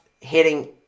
hitting